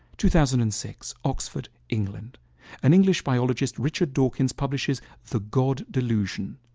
two thousand and six, oxford, england an english biologist richard dawkins publishes the god delusion.